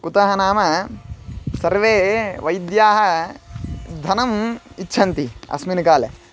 कुतः नाम सर्वे वैद्याः धनम् इच्छन्ति अस्मिन् काले